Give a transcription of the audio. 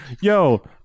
yo